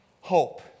hope